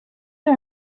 are